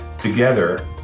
Together